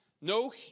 no